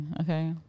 Okay